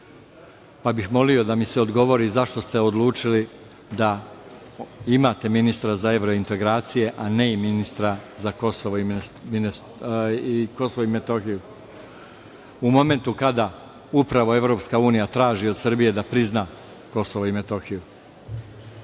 Molio bih da mi se odgovori zašto ste odlučili da imate ministra za evrointegracije, a ne i ministra za Kosovo i Metohiju u momentu kada upravo EU traži od Srbije da prizna Kosovo i Metohiju? Sledeće